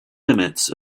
limits